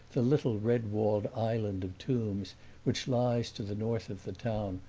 the little red-walled island of tombs which lies to the north of the town,